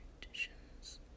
Traditions